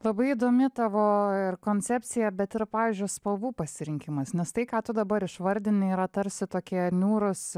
labai įdomi tavo ir koncepcija bet ir pavyzdžiui spalvų pasirinkimas nes tai ką tu dabar išvardini yra tarsi tokie niūrūs